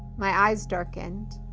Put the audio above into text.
my eyes darkened.